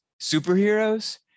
superheroes